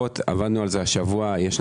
הנתון.